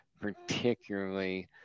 particularly